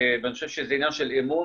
אני חושב שזה עניין של אמון,